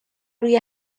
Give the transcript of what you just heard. روی